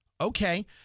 Okay